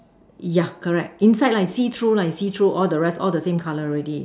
yeah correct inside lah you see through lah you see through all the rest all the same color already